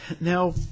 now